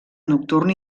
nocturn